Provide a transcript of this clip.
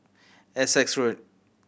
Essex Road